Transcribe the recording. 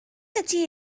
ydy